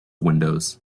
windows